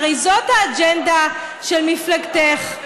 הרי זאת האג'נדה של מפלגתך,